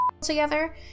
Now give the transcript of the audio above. together